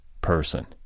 person